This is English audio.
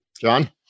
John